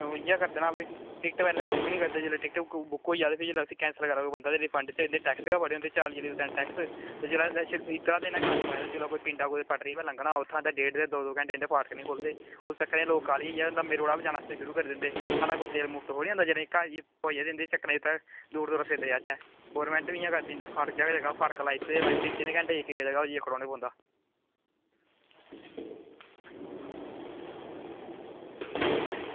लोग इ'यै करदे ना भई टिकट पैह्लें बुक निं करदे जेल्लै टिकट बुक होई जा ते फ्ही जेल्लै उसी कैंसिल कराओ बंदा ते रिफंड च इं'दे टैक्स गै बड़े होंदे चाली चाली परसेंट टैक्स भी इद्धरा बी इ'नें गंद पाए दा जेल्लै कोई पिंडा कोई पटरी उप्परा लंघना होऐ तां उत्थुआं डेढ डेढ दो घैंटा इं'दे फाटक निं खुल्लदे उस चक्करै च लोग काह्ले होई जंदे ते लम्बे रोड़ै पर जाना शुरू करी दिंदे साढ़ा कोई तेल मुफ्त थोह्ड़े आंदा जेह्ड़े इं'दे चक्करै च इत्थै दूरै दूरै फिरदे जाचै गौरमेंट बी इ'यां करदी जगह जगह इं'दे फाटक लाई दित्ते दे माए तिन तिन घैंटे इक जगह् खड़ोना पौंदा